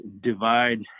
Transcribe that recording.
divide